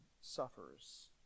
suffers